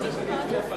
לא התקבלה.